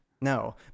No